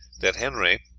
that henry,